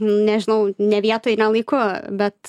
nežinau ne vietoj ne laiku bet